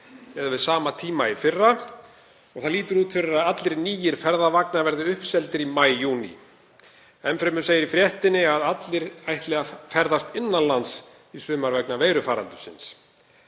miðað við sama tíma í fyrra og það líti út fyrir að allir nýir ferðavagnar verði uppseldir í maí til júní. Enn fremur segir í fréttinni að allir ætli að ferðast innan lands í sumar vegna veirufaraldursins.